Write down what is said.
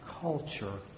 culture